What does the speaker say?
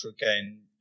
again